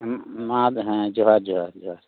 ᱢᱟ ᱦᱮᱸ ᱡᱚᱦᱟᱨ ᱡᱚᱦᱟᱨ ᱡᱚᱦᱟᱨ